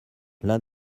l’un